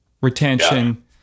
retention